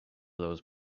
those